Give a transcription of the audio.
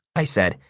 i said.